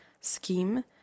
scheme